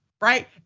right